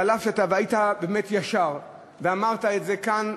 והיית באמת ישר ואמרת את זה כאן,